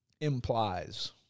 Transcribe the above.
implies